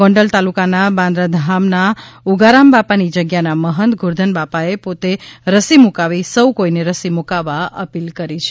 ગોંડલ તાલુકાના બાંદ્રાધામના ઉગારામબાપાની જગ્યાના મહંત ગોરધનબાપાએ પોતે રસી મુકાવી સૌ કોઇને રસી મુકાવવા અપીલ કરી હતી